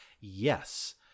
Yes